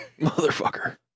Motherfucker